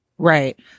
Right